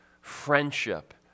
friendship